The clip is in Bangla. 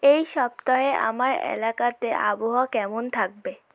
এই সপ্তাহে আমার এলাকাতে আবহাওয়া কেমন থাকবে